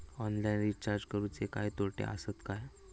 Online recharge करुचे काय तोटे आसत काय?